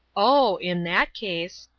oh, in that case,